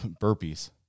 burpees